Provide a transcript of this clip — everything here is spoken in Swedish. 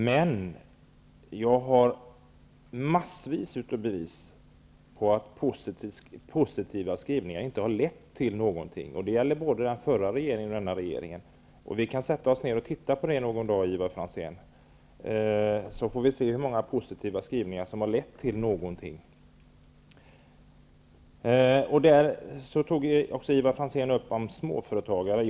Men jag har massvis av bevis på att positiva skrivningar inte har lett till någonting. Det gäller både den förra regeringen och denna regering. Vi kan sätta oss ner och titta på det någon dag, Ivar Franzén, så får vi se hur många positiva skrivningar som har lett till någonting. Ivar Franzén tog upp frågan om småföretagare.